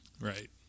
Right